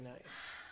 nice